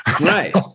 Right